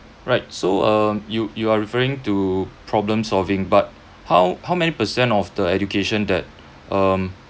right so err you you are referring to problem solving but how how many percent of the education that um